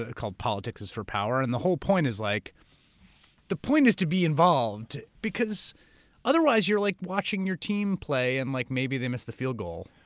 ah called politics is for power. and the point is like the point is to be involved, because otherwise you're like watching your team play and like maybe they missed the field goal.